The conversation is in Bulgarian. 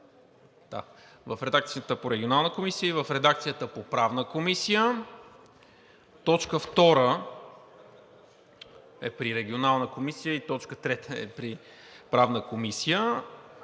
в редакцията по Регионалната комисия и в редакцията по Правната комисия, т. 2 е при Регионалната комисия и т. 3 е при Правната комисия,